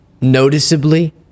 noticeably